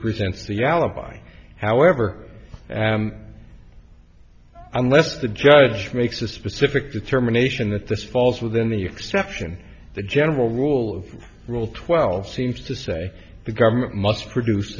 presents the alibi however unless the judge makes a specific determination that this falls within the exception the general rule of rule twelve seems to say the government must produce